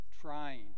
trying